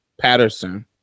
Patterson